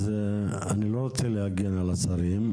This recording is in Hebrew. אז אני לא רוצה להגן על השרים,